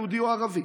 יהודי או ערבי.